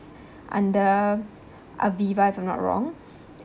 under Aviva if I'm not wrong